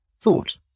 thought